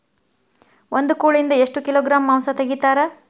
ಒಂದು ಕೋಳಿಯಿಂದ ಎಷ್ಟು ಕಿಲೋಗ್ರಾಂ ಮಾಂಸ ತೆಗಿತಾರ?